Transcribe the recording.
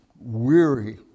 weary